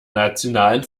nationalen